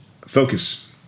Focus